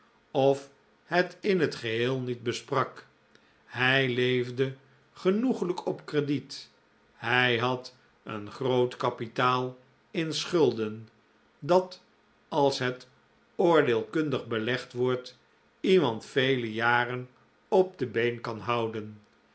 of het in het geheel niet besprak hij leefde genoeglijk op crediet hij had een groot kapitaal in schulden dat als het oordeelkundig belegd wordt iemand vele jaren op de been kan houden